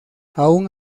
aun